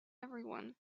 everyone